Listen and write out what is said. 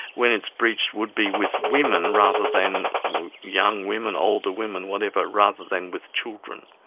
when it's breached, would be with women, rather than young women, older women, whatever rather than with children.